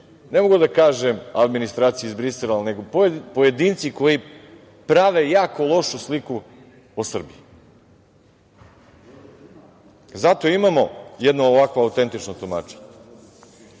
ne mogu da kažem, administracija iz Brisela, nego pojedinci koji prave jako lošu sliku o Srbiji. Zato imamo jedno ovako autentično tumačenje. Mislim